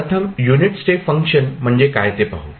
प्रथम unit step function म्हणजे काय ते पाहू